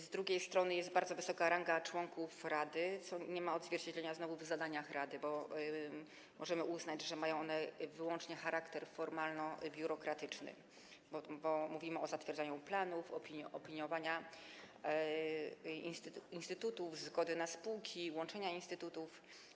Z drugiej strony jest bardzo wysoka ranga członków rady, co nie ma znowu odzwierciedlenia w zadaniach rady, bo możemy uznać, że mają one wyłącznie charakter formalno-biurokratyczny, jako że mówimy o zatwierdzaniu planów, opiniowaniu instytutów, zgody na spółki, łączenia instytutów.